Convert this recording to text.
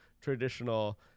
traditional